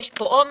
יש פה עומס.